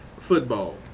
football